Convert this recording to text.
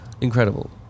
incredible